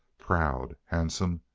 proud, handsome,